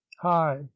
Hi